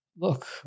look